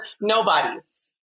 Nobody's